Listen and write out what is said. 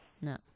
No